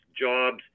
jobs